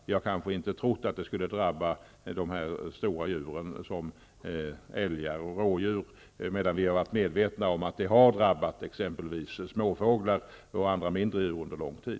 Vi har kanske inte trott att det skulle drabba så stora djur som älgar och rådjur, medan vi har varit medvetna om att det har drabbat exempelvis småfåglar och andra mindre djur under lång tid.